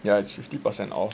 yeah it's fifty percent off